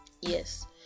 yes